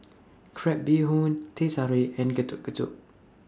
Crab Bee Hoon Teh Tarik and Getuk Getuk